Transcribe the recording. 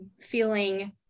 feeling